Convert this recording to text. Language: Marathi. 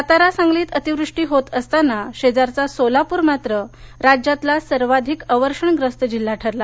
सातारा सांगलीत अतिवृष्टी होत असताना शेजारचा सोलापूर मात्र राज्यातला सर्वाधिक अवर्षणग्रस्त जिल्हा ठरला